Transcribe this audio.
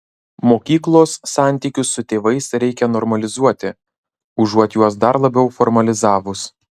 mokyklos santykius su tėvais reikia normalizuoti užuot juos dar labiau formalizavus